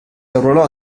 arruolò